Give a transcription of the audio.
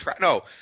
No